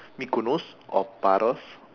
mikonos or paros